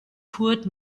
kurt